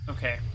Okay